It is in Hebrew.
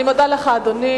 אני מודה לך, אדוני.